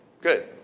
Good